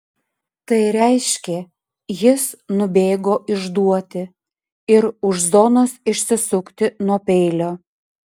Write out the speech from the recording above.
tai reiškė jis nubėgo išduoti ir už zonos išsisukti nuo peilio